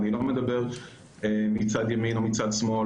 ואני לא מדבר מצד ימין או מצד שמאל,